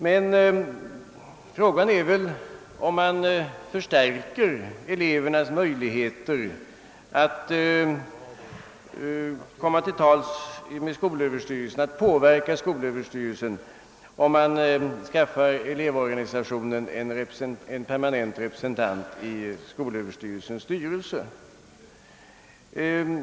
Men frågan är väl, om man förstärker elevernas möjligheter att påverka skolöverstyrelsen genom att skaffa elevorganisationerna en permanent representant i skolöverstyrelsens styrelse.